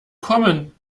kommen